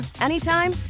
anytime